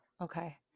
Okay